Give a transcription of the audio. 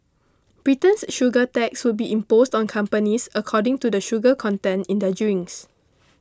Britain's sugar tax will be imposed on companies according to the sugar content in their drinks